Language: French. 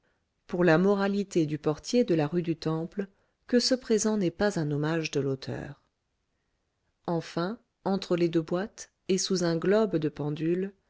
pour la moralité du portier de la rue du temple que ce présent n'est pas un hommage de l'auteur enfin entre les deux boîtes et sous un globe de pendule